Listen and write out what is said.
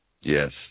Yes